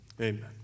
amen